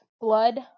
blood